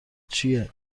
چیه